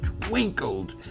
twinkled